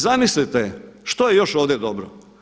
Zamislite što je još ovdje dobro?